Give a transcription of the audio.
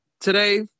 today